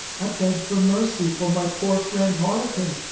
i beg for mercy for my poor friend, harlequin,